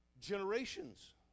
Generations